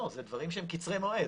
לא, זה דברים שהם קצרי מועד.